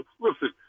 Listen